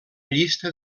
llista